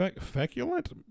feculent